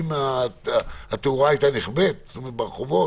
התאורה הייתה נכבית ברחובות?